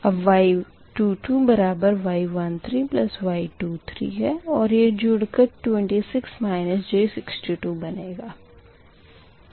अब Y22 बराबर y13y23 है और यह जुड़ कर 26 j62 बनेगा